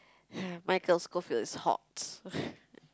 Michael-Scofield is hot